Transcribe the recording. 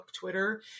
Twitter